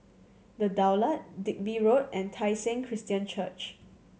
The Daulat Digby Road and Tai Seng Christian Church